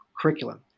curriculum